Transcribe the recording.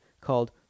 called